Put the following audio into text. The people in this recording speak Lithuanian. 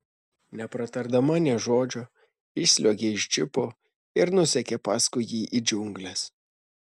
nepratardama nė žodžio išsliuogė iš džipo ir nusekė paskui jį į džiungles